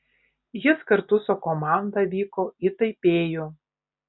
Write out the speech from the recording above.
jis kartu su komanda vyko į taipėjų